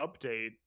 update